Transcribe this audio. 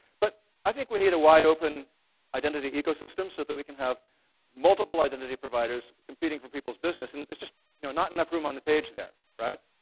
but i think we need a wide open identity ecosystem so that we can have multiple identity providers competing for people's business. and it's just you know not enough room on the page there.